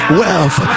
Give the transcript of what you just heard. wealth